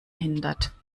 hindert